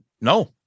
no